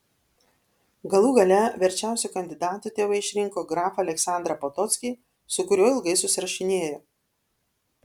galų gale verčiausiu kandidatu tėvai išrinko grafą aleksandrą potockį su kuriuo ilgai susirašinėjo